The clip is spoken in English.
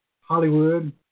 Hollywood